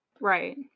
right